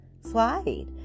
slide